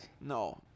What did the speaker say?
no